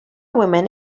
women